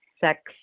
sex